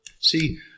See